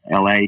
LA